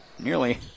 Nearly